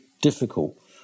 difficult